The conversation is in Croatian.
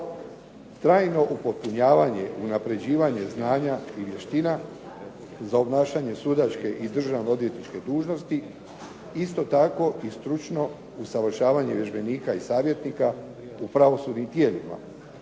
trajno upotpunjavanje i unapređivanje znanja i vještina za obnašanje sudačke i državno-odvjetničke dužnosti, isto tako i stručno usavršavanje vježbenika i savjetnika u pravosudnim tijelima